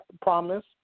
Promise